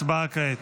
הצבעה כעת.